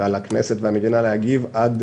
ועל הכנסת והמדינה להגיב עד